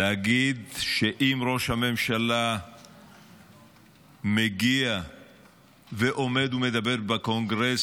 להגיד שאם ראש הממשלה מגיע ועומד ומדבר בקונגרס,